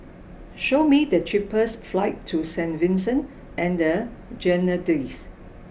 show me the cheapest flights to Saint Vincent and the Grenadines